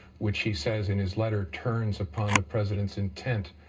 which he says in his letter turns upon the president's intent,